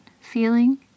feeling